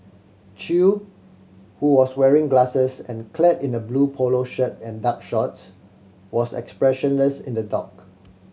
Chew who was wearing glasses and clad in a blue polo shirt and dark shorts was expressionless in the dock